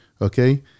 okay